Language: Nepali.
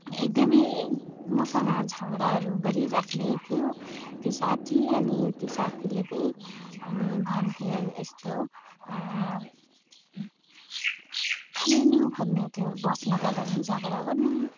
एकदमै मसँग झगडाहरू गरिरहने थियो त्यो साथी अनि त्यो साथीले चाहिँ अनि भन्थे यस्तो खालि निहुँ खोज्ने थियो बसमा जाँदाखेरि पनि झगडा गर्ने